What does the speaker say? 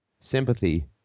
Sympathy